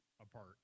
apart